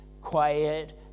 quiet